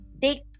Take